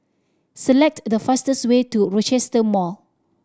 select the fastest way to Rochester Mall